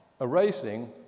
erasing